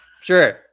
Sure